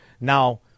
now